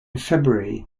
february